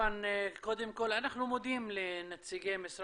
בדרך כלל אנחנו מגישים על